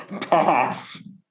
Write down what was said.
Pass